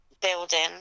building